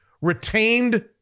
retained